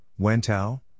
Wentao